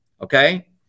Okay